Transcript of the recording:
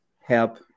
help